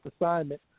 assignment